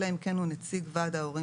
אלא אם כן הוא נציג ועד ההורים